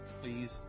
please